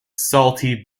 salty